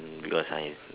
because I